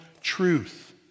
truth